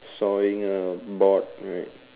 sawing a board right